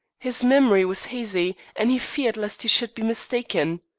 his memory was hazy, and he feared lest he should be mistaken.